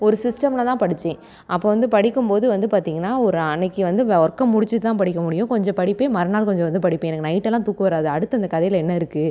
ஒரு சிஸ்டமில் தான் படித்தேன் அப்போ வந்து படிக்கும் போது வந்து பார்த்தீங்கன்னா ஒரு அன்றைக்கி வந்து வ ஒர்க்கை முடிச்சுட்டுதான் படிக்க முடியும் கொஞ்சம் படிப்பேன் மறுநாள் கொஞ்சம் வந்து படிப்பேன் எனக்கு நைட்டெல்லாம் தூக்கம் வராது அடுத்து அந்த கதையில் என்ன இருக்குது